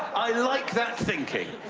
i like that thinking.